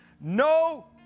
No